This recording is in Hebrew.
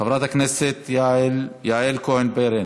חברת הכנסת יעל כהן-פארן,